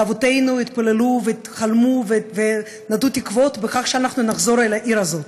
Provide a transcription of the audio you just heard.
ואבותינו התפללו וחלמו ונטעו תקוות שאנחנו נחזור אל העיר הזאת.